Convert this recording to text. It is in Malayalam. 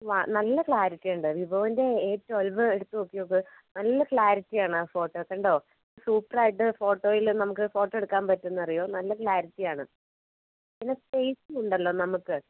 നല്ല ക്ലാരിറ്റി ഉണ്ട് വിവോൻ്റെ എ ട്വൽവ് എടുത്ത് നോക്കി നോക്ക് നല്ല ക്ളാരിറ്റിയാണ് ആ ഫോട്ടോ കണ്ടോ സൂപ്പർ ആയിട്ട് ഫോട്ടോയില് നമുക്ക് ഫോട്ടോ എടുക്കാൻ പറ്റും എന്നറിയുമോ നല്ല ക്ളാരിറ്റിയാണ് പിന്നെ സ്പേസും ഉണ്ടല്ലോ നമുക്ക്